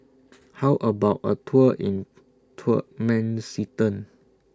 How about A Tour in Turkmenistan